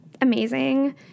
amazing